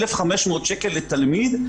1,500 שקל לתלמיד.